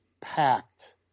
packed